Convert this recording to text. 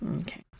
Okay